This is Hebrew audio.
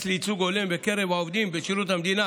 לייצוג הולם בקרב העובדים בשירות המדינה